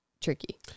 tricky